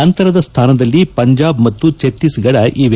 ನಂತರದ ಸ್ಥಾನದಲ್ಲಿ ಪಂಜಾಬ್ ಮತ್ತು ಛತ್ತೀಸ್ಗಢ ಇವೆ